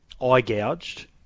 eye-gouged